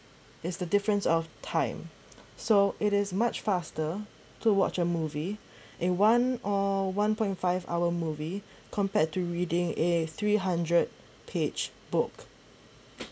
is the difference of time so it is much faster to watch a movie in one or one point five hour movie compared to reading a three hundred page book